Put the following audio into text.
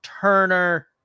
Turner